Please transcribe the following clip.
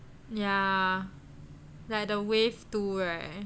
yeah like the wave two right